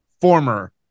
former